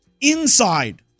inside